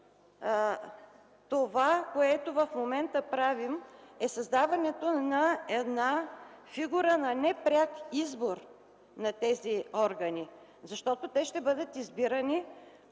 това, което в момента правим, е създаването на една фигура на непряк избор на тези органи, защото те ще бъдат избирани